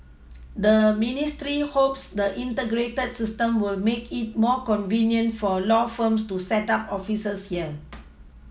the ministry hopes the Integrated system will make it more convenient for law firms to set up offices here